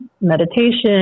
meditation